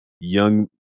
young